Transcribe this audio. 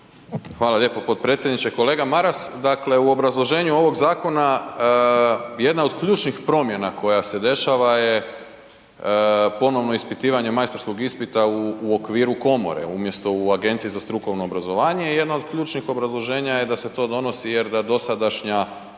Hvala lijepo potpredsjedniče. Kolega Maras, dakle u obrazloženju ovog zakona jedna od ključnih promjena koja se dešava je ponovno ispitivanje majstorskog ispita u okviru komore umjesto u agenciji za strukovno obrazovanje. I jedno od ključnih obrazloženja je da se to donosi jer da dosadašnja